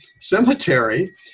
cemetery